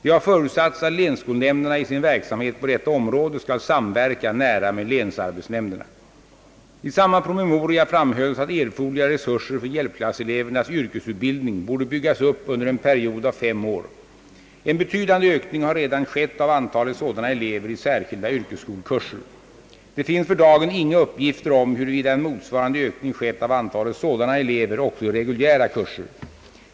Det har förutsatts att länsskolnämnderna i sin verksamhet på detta område skall samverka nära med länsarbetsnämnderna. I samma promemoria framhölls att erforderliga resurser för hjälpklasselevernas yrkesutbildning borde byggas upp under en period av fem år. En betydande ökning har redan skett av antalet sådana elever i särskilda yrkesskolkurser. Det finns för dagen inga uppgifter om huruvida en motsvarande ökning skett av antalet sådana elever också i reguljära kurser.